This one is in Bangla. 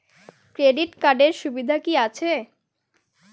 ক্রেডিট কার্ডের সুবিধা কি আছে?